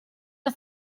the